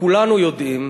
וכולנו יודעים,